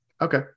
Okay